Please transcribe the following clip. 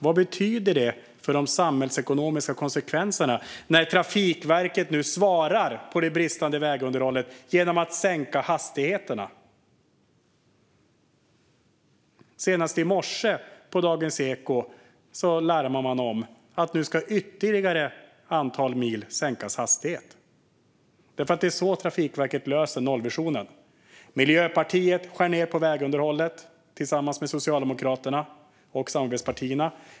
Vad får det för samhällsekonomiska konsekvenser när Trafikverket nu svarar på det bristande vägunderhållet genom att sänka hastigheterna? Senast i Ekot i morse larmade man om att hastigheten skulle sänkas på ytterligare ett antal mil. Det är på det sättet Trafikverket löser nollvisionen. Miljöpartiet skär ned på vägunderhållet tillsammans med Socialdemokraterna och samarbetspartierna.